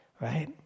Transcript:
right